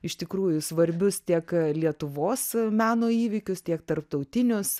iš tikrųjų į svarbius tiek lietuvos meno įvykius tiek tarptautinius